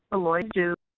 the lawyers do